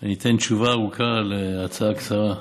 אני אתן תשובה ארוכה על הצעה קצרה.